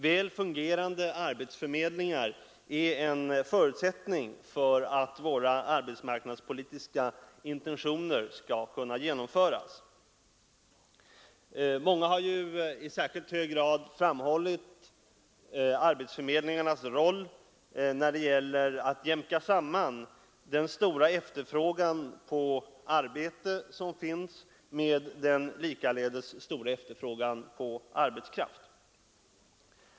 Väl fungerande arbetsförmedlingar är en förutsättning för att våra arbetsmarknadspolitiska intentioner skall kunna genomföras. Många har ju i särskilt hög grad framhållit arbetsförmedlingarnas roll när det gäller att jämka samman den stora efterfrågan på arbete som finns med den likaledes stora efterfrågan på arbetskraft.